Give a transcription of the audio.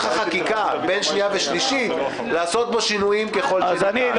החקיקה בין שנייה ושלישית לעשות בו שינויים ככל שניתן.